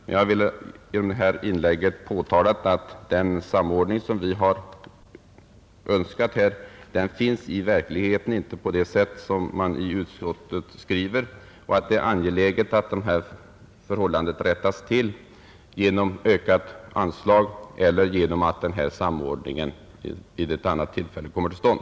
Jag har emellertid genom det här inlägget velat påpeka att den samordning som vi har önskat i verkligheten inte förekommer på det sätt som utskottet skriver och att det är angeläget att förhållandena rättas till genom ökat anslag eller genom att samordningen kommer till stånd.